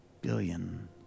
billion